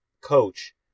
coach